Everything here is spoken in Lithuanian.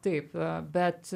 taip bet